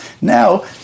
now